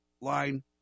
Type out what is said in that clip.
line